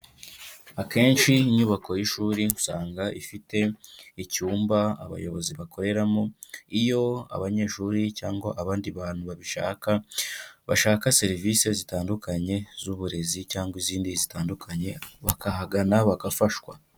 Akenshi inyubako y'ishuri usanga ifite icyumba abayobozi bakoreramo, iyo abanyeshuri cyangwa abandi bantu babishaka, bashaka serivise zitandukanye z'uburezi cyangwa izindi zitandukanye, bakahagana, bagafashwa.